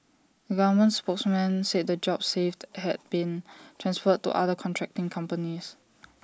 A government spokesman said the jobs saved had been transferred to other contracting companies